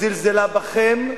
זלזלה בכם,